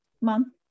month